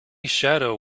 shadow